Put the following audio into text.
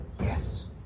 Yes